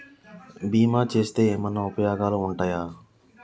బీమా చేస్తే ఏమన్నా ఉపయోగాలు ఉంటయా?